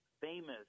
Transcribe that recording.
famous